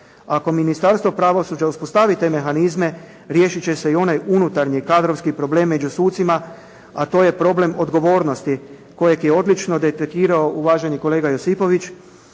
Ako Ministarstvo pravosuđa uspostavi te mehanizme riješit će se i onaj unutarnji kadrovski problem među sucima, a to je problem odgovornosti kojeg je odlično detektirao kolega Josipović.